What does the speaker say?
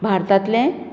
भारतांतले